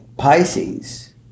Pisces